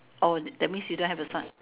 oh that means you don't have the sign